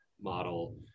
model